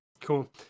Cool